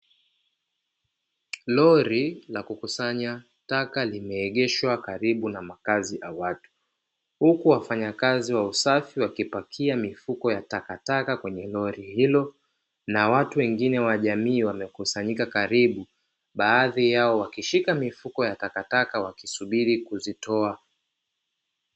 Lori la kukusanya taka limeegeshwa karibu na makazi ya watu huku waafanyakazi wa usafi, wakipakia mifuko ya takataka kwenye lori hilo na watu wengine wa jamii hiyo wamekusanyika karibu baadhi yao wakishika mifuko ya takataka wakisubiri kuzitoa.